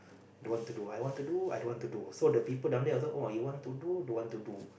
don't want to do I want to do I don't want to do so the people down there also oh you want to do don't want to do